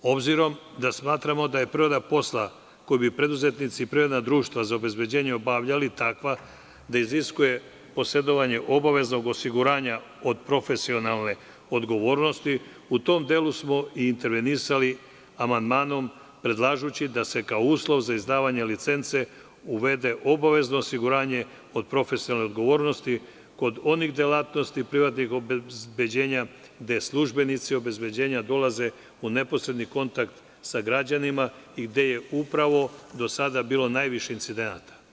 Obzirom da smatramo da je priroda posla koju bi preduzetnici i privredna društva za obezbeđenje obavljali takva da iziskuje posedovanje obaveznog osiguranja od profesionalne odgovornosti, u tom delu smo i intervenisali amandmanom, predlažući da se kao uslov za izdavanje licence uvede obavezno osiguranje od profesionalne odgovornosti kod onih delatnosti privatnih obezbeđenja gde službenici obezbeđenja dolaze u neposredni kontakt sa građanima i gde je upravo do sada bilo najviše incidenata.